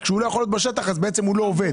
כשהוא לא יכול להיות בשטח, אז בעצם הוא לא עובד.